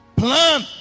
plan